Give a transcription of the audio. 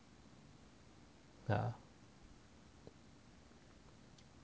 yeah